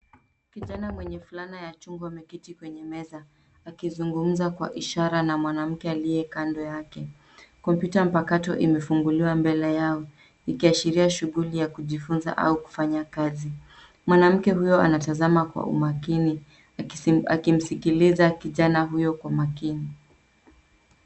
Kijana mwenye fulana ya chungwa ameketi kwenye meza akizungumza kwa ishara na mwanamke aliye kando yake. Kompyuta mpakato imefunguliwa mbele yao, ikiashiria shuguli ya kujifunza au kufanya kazi. Mwanamke huyo anatazama kwa umakini akimsikiliza kijana huko kwa umakini.